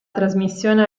trasmissione